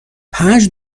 پنج